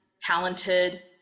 talented